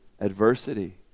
adversity